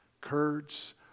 Kurds